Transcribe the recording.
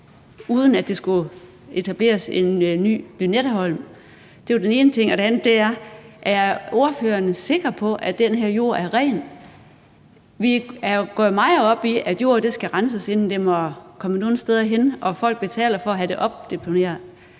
uden at der skulle etableres en ny Lynetteholm? Det var den ene ting, og den anden er: Er ordføreren sikker på, at den her jord er ren? Vi går jo meget op i, at jord skal renses, inden den må komme nogen steder hen, og folk betaler for at få den deponeret.